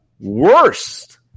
Worst